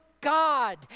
God